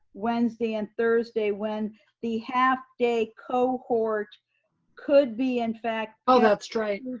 wednesday, and thursday, when the half day cohort could be in fact oh, that's right.